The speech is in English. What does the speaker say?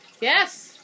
Yes